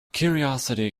curiosity